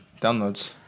downloads